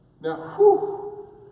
Now